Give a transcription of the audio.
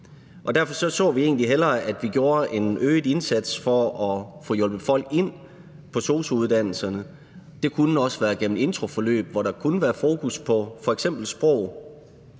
derfor så vi egentlig hellere, at vi gjorde en øget indsats for at få hjulpet folk ind på sosu-uddannelserne. Det kunne også være gennem introforløb, hvor der kunne være fokus på f.eks. sprog,